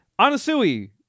Anasui